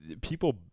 people